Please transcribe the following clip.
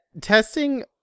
testing